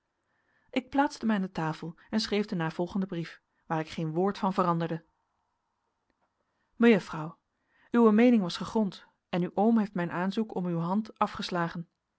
ik plaatste mij aan de tafel en schreef den navolgenden brief waar ik geen woord van veranderde mejuffrouw uwe meening was gegrond en uw oom heeft mijn aanzoek om uwe hand afgeslagen